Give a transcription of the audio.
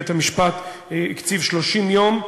בית-המשפט הקציב 30 יום,